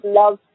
love